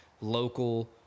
local